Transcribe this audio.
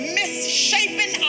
misshapen